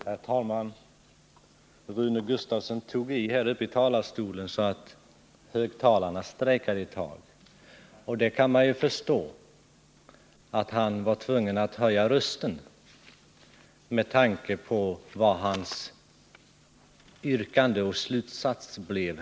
Herr talman! Rune Gustavsson tog i så att högtalarna strejkade ett tag — och man kan ju förstå att han var tvungen att höja rösten med tanke på vad hans yrkande och slutsats blev.